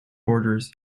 borders